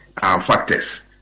factors